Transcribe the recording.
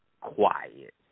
quiet